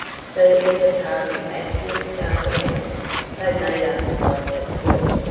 so that when the party actually started out they made up quite a squad.